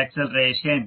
acceleration